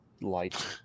light